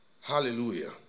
Hallelujah